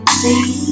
see